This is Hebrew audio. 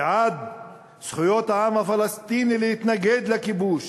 ובעד זכויות העם הפלסטיני להתנגד לכיבוש: